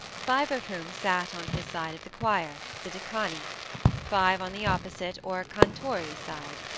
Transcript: five of whom sat on his side of the choir, the decani five on the opposite, or cantori side.